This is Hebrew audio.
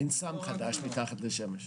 אין סם חדש מתחת לשמש.